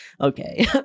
Okay